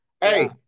Hey